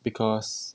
because